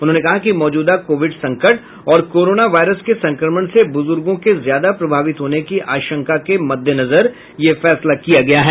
उन्होंने कहा कि मौजूदा कोविड संकट और कोरोना वायरस के संक्रमण से बुजुर्गो के ज्यादा प्रभावित होने की आशंका के मद्देनजर यह फैसला किया गया है